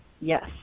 yes